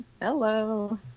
hello